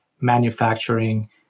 manufacturing